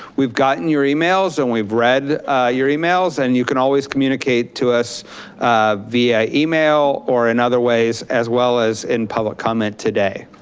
we've gotten your emails and we've read your emails, and you can always communicate to us via email or in other ways as well as in public comment today.